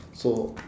so